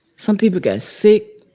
some people got sick.